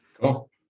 Cool